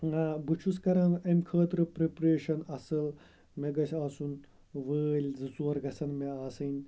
بہٕ چھُس کَران اَمہِ خٲطرٕ پرٛٮ۪پریشَن اَصٕل مےٚ گژھِ آسُن وٲلۍ زٕ ژور گژھن مےٚ آسٕنۍ